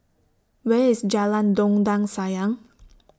Where IS Jalan Dondang Sayang